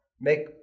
Make